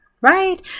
right